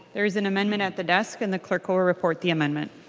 there is an amendment at the desk. and the clerk will report the amendment.